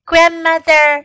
Grandmother